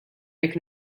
jekk